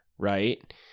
right